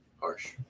Harsh